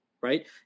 right